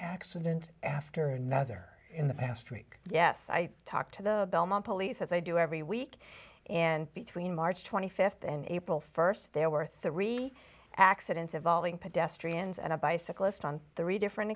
accident after another in the past week yes i talked to the belmont police as i do every week in between march th and april st there were three accidents involving pedestrians and a bicyclist on three different